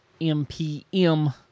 mpm